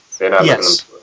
Yes